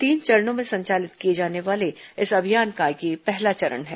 तीन चरणों में संचालित किए जाने वाले इस अभियान का यह पहला चरण है